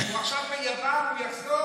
הוא עכשיו ביוון, הוא יחזור